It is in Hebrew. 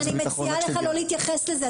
אני מציעה לך לא להתייחס לזה.